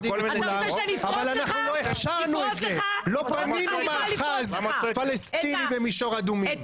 לא בנינו מאחז פלסטיני במישור אדומים.